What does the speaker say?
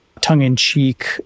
tongue-in-cheek